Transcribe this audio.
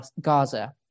Gaza